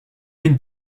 been